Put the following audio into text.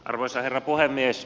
arvoisa herra puhemies